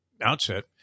outset